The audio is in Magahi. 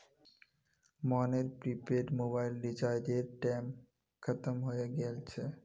मोहनेर प्रीपैड मोबाइल रीचार्जेर टेम खत्म हय गेल छे